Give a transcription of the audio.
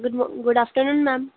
good good afternoon ma'am